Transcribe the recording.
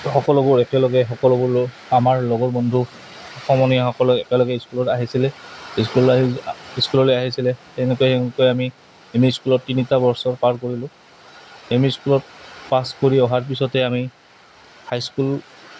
সকলোবোৰ একেলগে সকলোবোৰ আমাৰ লগৰ বন্ধু সমনীয়াসকলে একেলগে স্কুলত আহিছিলে স্কুল আহি স্কুললৈ আহিছিলে তেনেকৈ এনেকৈ আমি এম ই স্কুলত তিনিটা বছৰ পাৰ কৰিলোঁ এম ই স্কুলত পাছ কৰি অহাৰ পিছতে আমি হাইস্কুল